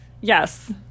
yes